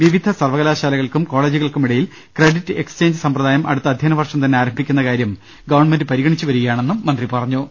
വിവിധ സർവകലാ ശാലകൾക്കും കോളേജുകൾക്കുമിടയിൽ ക്രഡിറ്റ് എക്സ്ചേഞ്ച് സ മ്പ്രദായം അടുത്ത അദ്ധ്യയനവർഷം തന്നെ ആരംഭിക്കുന്നകാര്യം ഗവൺമെന്റ് പരിഗണിച്ചു വരികയാണെന്നും മന്ത്രി പറഞ്ഞു